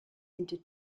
into